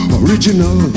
original